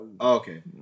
Okay